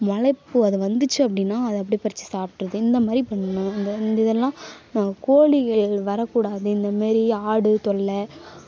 முளைப்பு அது வந்துச்சு அப்படினா அதை அப்டி பறித்து சாப்பிட்ருது இந்த மாதிரி பண்ணும் இந்த இந்த இதெல்லாம் கோழிகள் வரக்கூடாது இந்த மாதிரி ஆடு தொல்லை